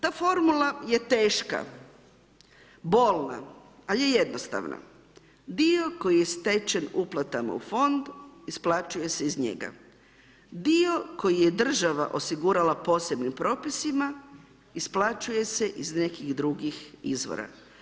Ta formula je teška, bolna, al je jednostavna, dio koji je stečen uplatama u fond isplaćuje se iz njega, dio koji je država osigurala posebnim propisima isplaćuje se iz nekih drugih izvora.